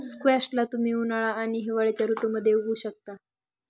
squash ला तुम्ही उन्हाळा आणि हिवाळ्याच्या ऋतूमध्ये उगवु शकता